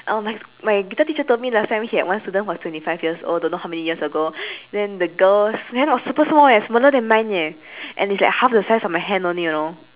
oh my my guitar teacher told me last time he had one student was twenty five years old don't know how many years ago then the girls then I was super small eh smaller than mine eh and it's like half the size of my hand only you know